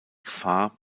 gefahr